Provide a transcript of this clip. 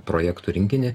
projektų rinkinį